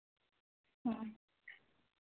ᱦᱮᱸ